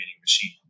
machine